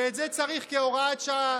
ואת זה צריך בהוראת שעה,